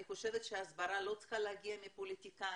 אני חושבת שההסברה לא צריכה להגיע מפוליטיקאים,